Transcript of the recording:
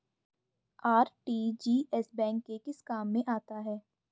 RTGS bank के किस काम में आता है?